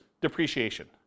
depreciation